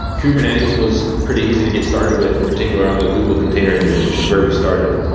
kubernetes was pretty easy to get started with, in particular, on the google container engine which is where we started.